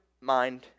mind